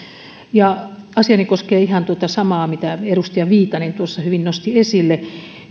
asiani koskee ihan tuota samaa mitä edustaja viitanen hyvin nosti esille